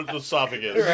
esophagus